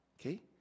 Okay